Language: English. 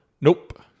Nope